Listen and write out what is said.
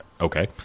Okay